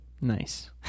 nice